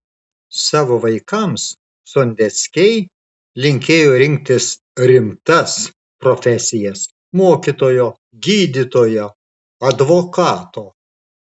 savo vaikams sondeckiai linkėjo rinktis rimtas profesijas mokytojo gydytojo advokato